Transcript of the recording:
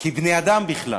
כבני-אדם בכלל.